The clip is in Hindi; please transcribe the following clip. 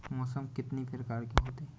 मौसम कितनी प्रकार के होते हैं?